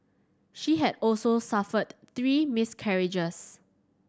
she had also suffered three miscarriages